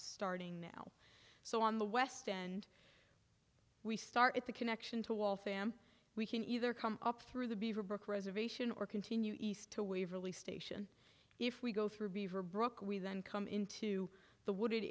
starting now so on the west end we start at the connection to all fam we can either come up through the beaverbrook reservation or continue east to waverly station if we go through beaverbrook we then come into the wooded